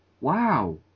Wow